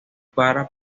para